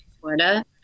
Florida